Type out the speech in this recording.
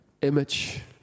image